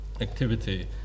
activity